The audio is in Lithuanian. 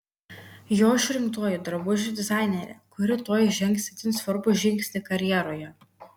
jo išrinktoji drabužių dizainerė kuri tuoj žengs itin svarbų žingsnį karjeroje